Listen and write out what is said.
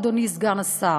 אדוני סגן השר,